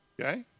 Okay